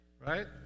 Right